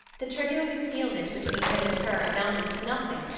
the trivial concealment between him and her amounted to nothing,